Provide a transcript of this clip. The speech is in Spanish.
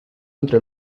entre